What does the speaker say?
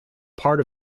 part